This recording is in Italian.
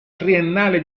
triennale